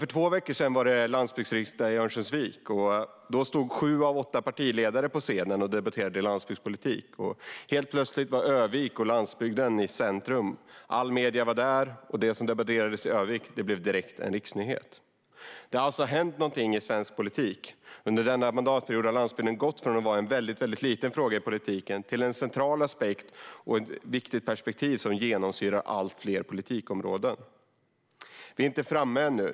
För två veckor sedan var det landsbygdsriksdag i Örnsköldsvik. Då stod sju av åtta partiledare på scenen och debatterade landsbygdspolitik. Helt plötsligt var Ö-vik och landsbygden i centrum. Alla medier var där, och det som debatterades i Ö-vik blev direkt riksnyheter. Det har alltså hänt någonting i svensk politik. Under denna mandatperiod har landsbygden gått från att vara en väldigt liten fråga i politiken till att vara en central aspekt och ett viktigt perspektiv som genomsyrar allt fler politikområden. Vi är inte framme ännu.